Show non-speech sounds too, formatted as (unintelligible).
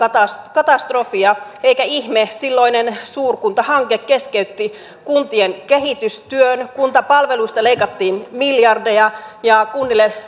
katastrofia eikä ihme silloinen suurkuntahanke keskeytti kuntien kehitystyön kuntapalveluista leikattiin miljardeja ja kunnille (unintelligible)